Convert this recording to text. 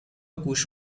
گوش